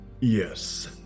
Yes